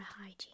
hygiene